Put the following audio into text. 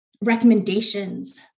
recommendations